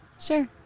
Sure